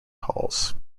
halls